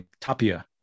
Tapia